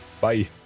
Bye